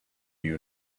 you